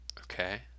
Okay